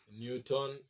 Newton